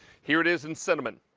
here it is in cinnamon.